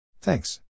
Thanks